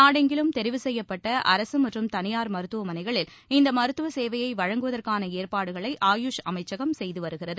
நாடெங்கிலும் தெரிவு செய்யப்பட்ட அரசு மற்றும் தனியார் மருத்துவமனைகளில் இந்த மருத்துவ சேவையை வழங்குவதற்கான ஏற்பாடுகளை ஆயுஷ் அமைச்சகம் செய்து வருகிறது